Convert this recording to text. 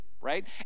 Right